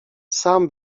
sam